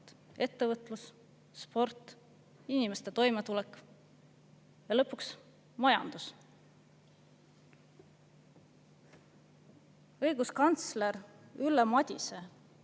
ettevõtlus, sport, inimeste toimetulek ja lõpuks majandus. Õiguskantsler Ülle Madise